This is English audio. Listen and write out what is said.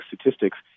statistics